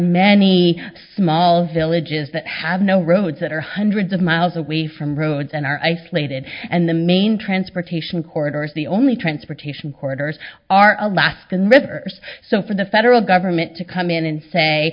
many small villages that have no roads that are hundreds of miles away from roads and are isolated and the main transportation corridors the only transportation corridors are alaskan rivers so for the federal government to come in and say